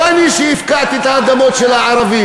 לא אני שהפקעתי את האדמות של הערבים.